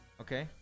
Okay